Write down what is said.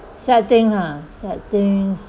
sad thing ah sad things